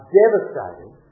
devastated